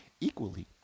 equally